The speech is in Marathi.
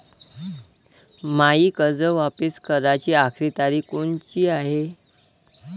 मायी कर्ज वापिस कराची आखरी तारीख कोनची हाय?